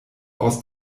aus